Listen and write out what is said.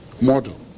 model